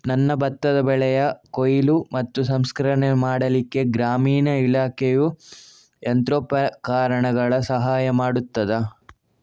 ನನ್ನ ಭತ್ತದ ಬೆಳೆಯ ಕೊಯ್ಲು ಮತ್ತು ಸಂಸ್ಕರಣೆ ಮಾಡಲಿಕ್ಕೆ ಗ್ರಾಮೀಣ ಇಲಾಖೆಯು ಯಂತ್ರೋಪಕರಣಗಳ ಸಹಾಯ ಮಾಡುತ್ತದಾ?